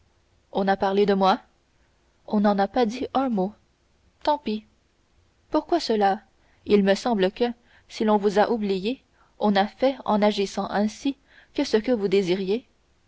on a parlé de moi on n'en a pas dit un mot tant pis pourquoi cela il me semble que si l'on vous a oublié on n'a fait en agissant ainsi que ce que vous désiriez